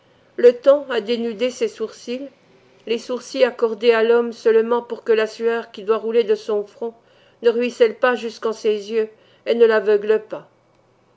le temps a dénudé ses sourcils les sourcils accordés à l'homme seulement pour que la sueur qui doit rouler de son front ne ruisselle pas jusqu'en ses yeux et ne l'aveugle pas